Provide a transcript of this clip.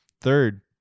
Third